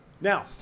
Now